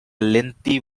lengthy